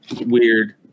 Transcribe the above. weird